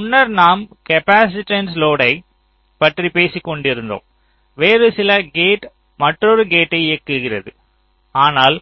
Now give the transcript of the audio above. முன்னர் நாம் காப்பாசிட்டன்ஸ் லோடை பற்றி பேசிக் கொண்டிருந்தோம் வேறு சில கேட் மற்றொரு கேட்டை இயக்குகிறது ஆனால்